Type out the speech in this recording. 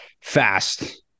fast